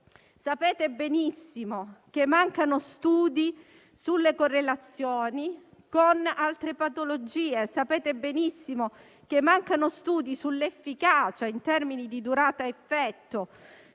Sapete benissimo che mancano studi sulle correlazioni con altre patologie; che mancano studi sull'efficacia - in termini di durata-effetto